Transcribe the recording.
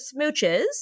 smooches